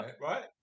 right